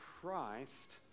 Christ